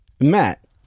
Matt